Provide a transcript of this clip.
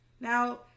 Now